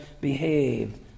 behave